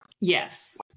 Yes